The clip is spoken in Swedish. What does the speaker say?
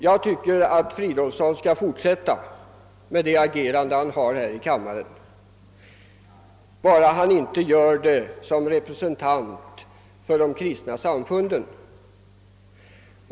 Jag tycker att han skall fortsätta med det, bara han inte gör det som representant för de kristna samfunden.